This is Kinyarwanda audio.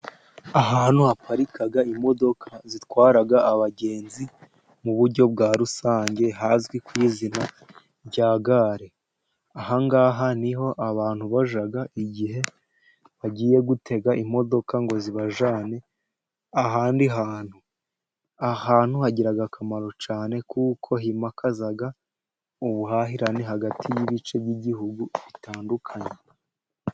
Ahantu haparika imodoka zitwara abagenzi mu buryo bwa rusange, hazwi ku izina rya gare, aha ngaha niho abantu bajya igihe bagiye gutega imodoka, ngo zibajyane ahandi hantu, ahantu hagira akamaro cyane, kuko himakaza ubuhahirane hagati y'ibice by'ibihugu bitandukanye.